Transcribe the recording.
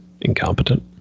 incompetent